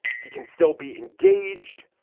he can still be engaged.